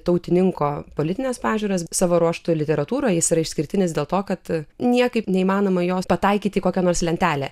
tautininko politines pažiūras savo ruožtu literatūroj jis yra išskirtinis dėl to kad niekaip neįmanoma jos pataikyti į kokią nors lentelę